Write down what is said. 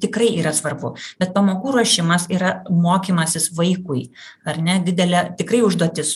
tikrai yra svarbu bet pamokų ruošimas yra mokymasis vaikui ar ne didelė tikrai užduotis